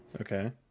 Okay